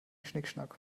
schnickschnack